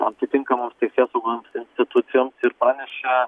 atitinkamoms teisėsaugos institucijoms ir panešė